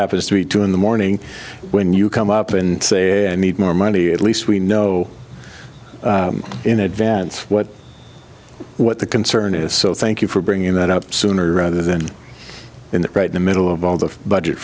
happens to be two in the morning when you come up and say i need more money at least we know in advance what what the concern is so thank you for bringing that up sooner rather than in the middle of all the budget